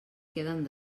queden